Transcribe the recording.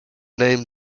name